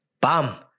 bam